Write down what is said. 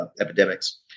epidemics